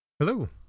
Hello